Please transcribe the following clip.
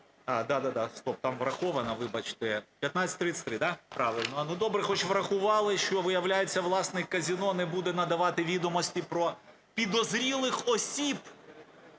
А, да, стоп, там врахована. Вибачте. 1533, правильно. Добре хоч врахували, що, виявляється, власник казино не буде надавати відомості про підозрілих осіб.